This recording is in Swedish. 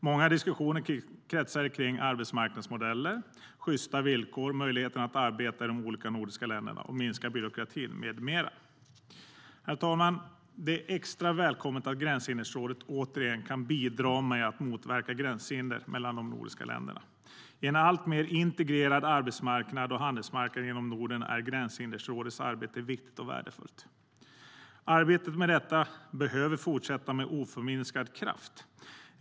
Många diskussioner kretsade kring arbetsmarknadsmodeller, sjysta villkor, möjligheten att arbeta i de olika nordiska länderna, minska byråkratin med mera. Herr talman! Det är extra välkommet att Gränshinderrådet återigen kan bidra med att motverka gränshinder mellan de nordiska länderna. På en alltmer integrerad arbetsmarknad och handelsmarknad inom Norden är Gränshinderrådets arbete viktigt och värdefullt. Arbetet med detta behöver fortsätta med oförminskad kraft.